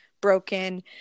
broken